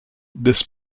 this